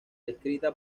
descrita